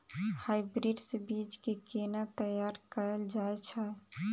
Hybrid बीज केँ केना तैयार कैल जाय छै?